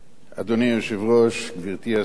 אדוני היושב-ראש, גברתי השרה,